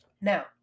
Now